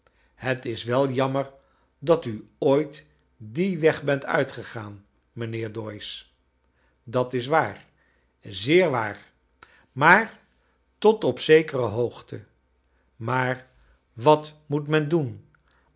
het is wel jammer dat u ooit dien weg bent uitgegaan mijnheer doyce dat is waar zeer waar maar tot kleine doreit op zekere hoogte maar wat moet men doen